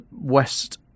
West